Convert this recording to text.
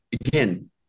again